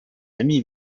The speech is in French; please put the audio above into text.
amis